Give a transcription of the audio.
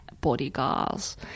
bodyguards